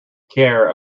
care